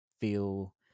feel